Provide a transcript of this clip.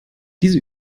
diese